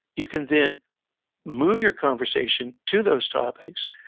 you can then move your conversation to those topics,